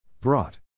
Brought